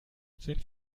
sind